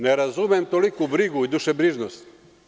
Ne razumem toliku brigu i dušebrižnost.